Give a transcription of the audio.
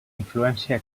influència